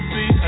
See